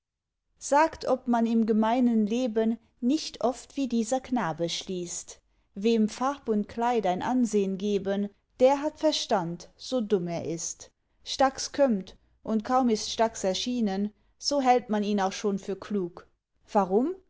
sagt ob man im gemeinen leben nicht oft wie dieser knabe schließt wem farb und kleid ein ansehn geben der hat verstand so dumm er ist stax kömmt und kaum ist stax erschienen so hält man ihn auch schon für klug warum